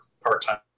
part-time